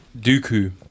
Dooku